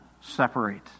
separate